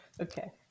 Okay